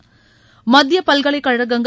ம் மத்திய பல்கலைக்கழகங்கள்